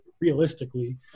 realistically